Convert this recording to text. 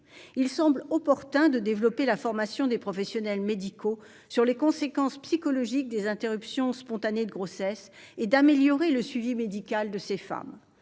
Il semble opportun de développer la formation des professionnels médicaux sur les conséquences psychologiques des interruptions spontanées de grossesse et d'améliorer le suivi médical de ces femmes.